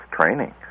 training